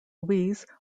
louise